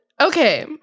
Okay